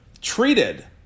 treated